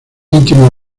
íntimo